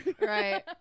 Right